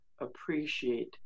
appreciate